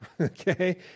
okay